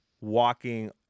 walking